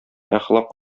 әхлак